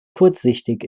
kurzsichtig